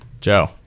Joe